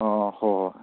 ꯑꯥ ꯍꯣꯏ ꯍꯣꯏ